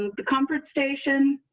the comfort station.